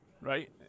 right